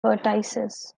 vertices